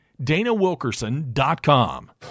danawilkerson.com